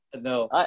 No